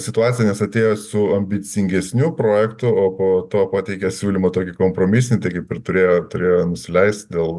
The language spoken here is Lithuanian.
situaciją nes atėjo su ambicingesniu projektu o po to pateikė siūlymą tokį kompromisinį tai kaip ir turėjo turėjo nusileist dėl